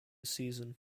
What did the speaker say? season